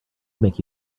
make